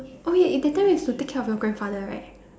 oh ya it that time used to take care of your grandfather right